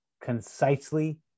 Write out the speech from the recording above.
concisely